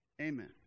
amen